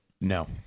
no